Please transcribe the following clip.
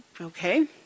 Okay